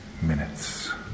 minutes